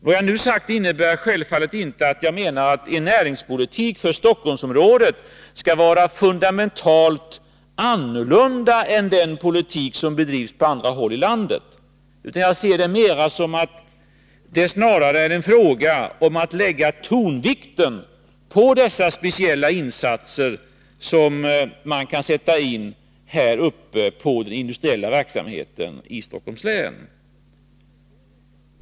Vad jag nu har sagt innebär självfallet inte att jag menar att en näringspolitik för Stockholmsområdet skall vara fundamentalt annorlunda än den politik som bedrivs på andra håll i landet, utan det är snarare fråga om att lägga tonvikten vid dessa speciella insatser, som man kan göra när det gäller den industriella verksamheten i Stockholms län.